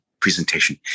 presentation